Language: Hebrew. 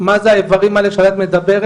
מה זה האיברים האלה שעליהם את מדברת.